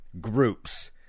Groups